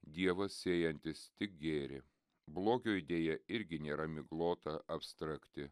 dievas sėjantis tik gėrį blogio idėja irgi nėra miglota abstrakti